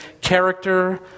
character